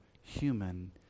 human